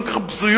כל כך בזויות,